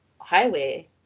highway